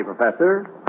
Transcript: Professor